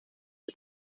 dei